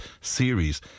series